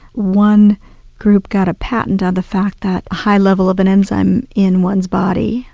one group got a patent on the fact that high level of an enzyme in one's body,